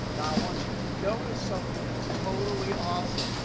now i want you to notice something that's totally awesome.